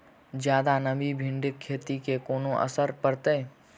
जियादा नमी भिंडीक खेती केँ कोना असर करतै?